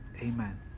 Amen